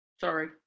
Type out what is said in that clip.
sorry